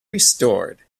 restored